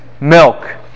Milk